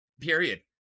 Period